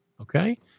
Okay